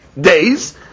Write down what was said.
days